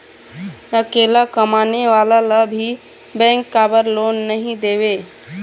अकेला कमाने वाला ला भी बैंक काबर लोन नहीं देवे?